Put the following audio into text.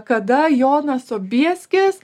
kada jonas sobieskis